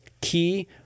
key